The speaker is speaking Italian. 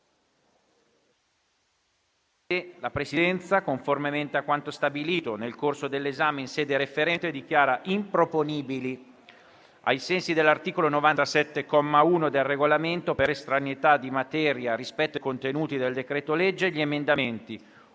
La Presidenza, conformemente a quanto stabilito nel corso dell'esame in sede referente, dichiara improponibili, ai sensi dell'articolo 97, comma 1, del Regolamento, per estraneità di materia rispetto ai contenuti del decreto-legge, gli emendamenti